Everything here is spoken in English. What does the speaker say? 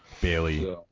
Bailey